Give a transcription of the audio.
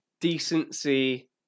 decency